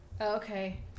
Okay